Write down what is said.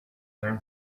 learn